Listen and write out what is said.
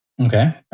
Okay